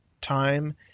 time